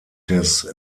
des